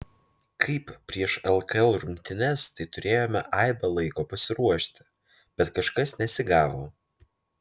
kaip prieš lkl rungtynes tai turėjome aibę laiko pasiruošti bet kažkas nesigavo